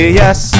yes